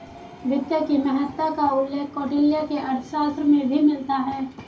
वित्त की महत्ता का उल्लेख कौटिल्य के अर्थशास्त्र में भी मिलता है